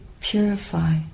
purify